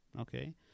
Okay